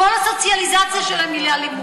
כל הסוציאליזציה שלהם היא לאלימות.